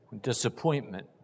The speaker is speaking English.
Disappointment